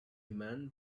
man